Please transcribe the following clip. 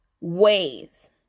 ways